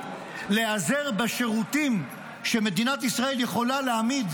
להיעזר בשירותים שמדינת ישראל יכולה להעמיד